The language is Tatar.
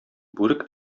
бүрек